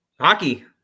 Hockey